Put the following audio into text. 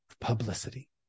publicity